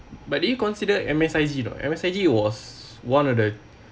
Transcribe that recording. but do you consider M_S_I_G not M_S_I_G was one of the